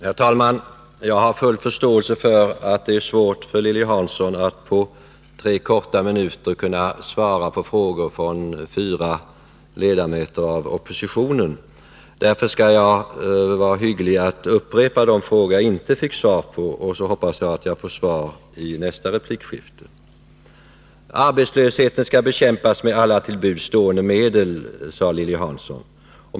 Herr talman! Jag har full förståelse för att det är svårt för Lilly Hansson att på tre korta minuter svara på frågor från fyra ledamöter av oppositionen. Därför skall jag vara hygglig och upprepa de frågor som jag inte fick svar på, och så hoppas jag att jag får svar i nästa replikskifte. Arbetslösheten skall bekämpas med alla till buds stående medel, sade Lilly Hansson.